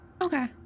Okay